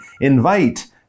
invite